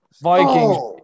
Vikings